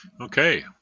Okay